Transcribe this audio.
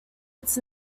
its